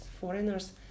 foreigners